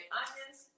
onions